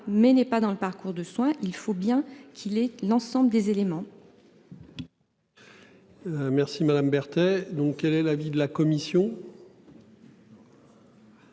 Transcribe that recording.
mais n'est pas dans le parcours de soins, il faut bien qu'il ait l'ensemble des éléments. Merci Madame Berthet. Donc quel est l'avis de la commission.